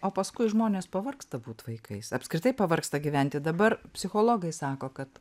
o paskui žmonės pavargsta būt vaikais apskritai pavargsta gyventi dabar psichologai sako kad